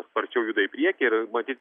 sparčiau juda į priekį ir matyt